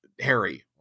harry